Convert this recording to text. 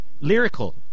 Lyrical